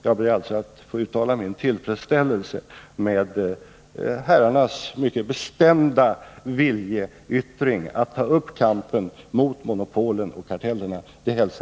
Jag ber alltså att få uttala min tillfredsställelse över herrarnas mycket bestämda viljeyttring att ta upp kampen mot monopolen och kartellerna.